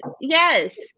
Yes